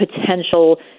potential